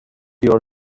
your